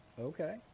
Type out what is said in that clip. Okay